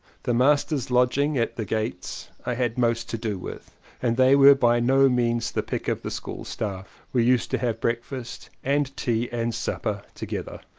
the masters' lodging at the gates i had most to do with and they were by no means the pick of the school staff. we used to have breakfast and tea and supper together.